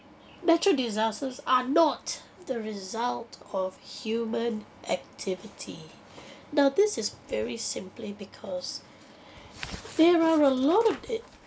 natural disasters are not the result of human activity now this is very simply because there are a lot of it